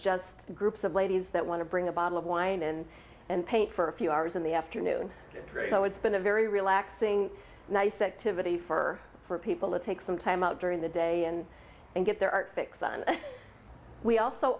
just groups of ladies that want to bring a bottle of wine in and paint for a few hours in the afternoon so it's been a very relaxing nicette to vittie for for people to take some time out during the day and and get their art fix on we also